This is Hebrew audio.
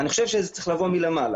אני חושב שזה צריך לבוא מלמעלה.